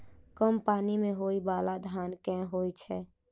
कम पानि मे होइ बाला धान केँ होइ छैय?